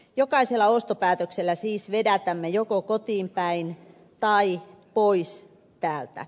jokaisella ostopäätöksellä siis vedätämme joko kotiin päin tai pois täältä